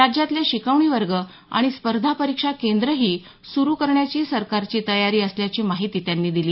राज्यातले शिकवणी वर्ग आणि स्पर्धा परीक्षा केंद्रही सुरु करण्याची सरकारची तयारी असल्याची माहिती त्यांनी दिली